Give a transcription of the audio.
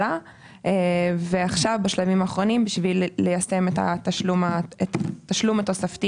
עכשיו בשלבים האחרונים בשביל ליישם את התשלום התוספתי.